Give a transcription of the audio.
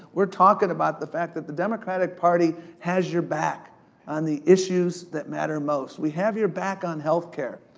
we're talkin' about the fact that the democratic party has your back on the issues that matter most. we have your back on healthcare,